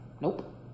Nope